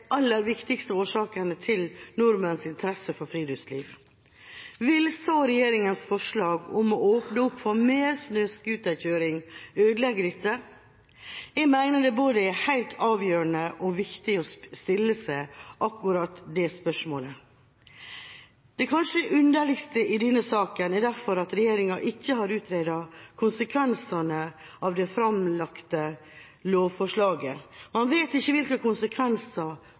aller viktigste årsakene til nordmenns interesse for friluftsliv. Vil så regjeringas forslag om å åpne opp for mer snøscooterkjøring ødelegge dette? Jeg mener det er helt avgjørende og viktig å stille seg akkurat det spørsmålet. Det kanskje underligste i denne saken er derfor at regjeringa ikke har utredet konsekvensene av det fremlagte lovforslaget. Man vet ikke hvilke konsekvenser